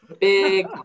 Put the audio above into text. big